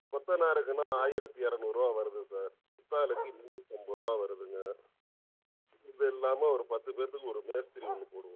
கொத்தனாருக்குன்னால் ஆயிரத்தி இரநூறுவா வருது சார் சித்தாலுக்கு எழுநூத்தம்பது ரூபா வருதுங்க இது இல்லாமள் ஒரு பத்து பேர்த்துக்கு ஒரு மேஸ்திரி ஒன்று போடுவோம் நாங்கள்